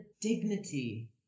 dignity